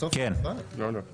אין לא אושר.